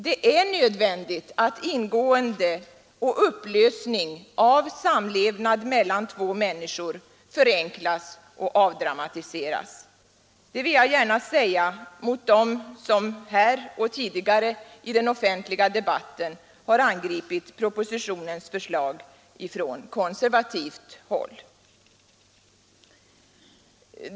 Det är nödvändigt att ingående och upplösning av samlevnad mellan två människor förenklas och avdramatiseras. Detta vill jag gärna säga mot dem som från konservativt håll här och tidigare i den offentliga debatten har angripit propositionens förslag.